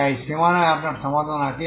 তাই এই সীমানায় আপনার সমাধান আছে